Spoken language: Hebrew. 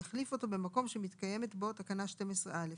יחליף אותו במקום שמתקיימת בו תקנה 12א,